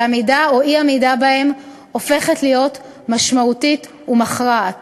ועמידה או אי-עמידה בהם הופכת להיות משמעותית ומכרעת.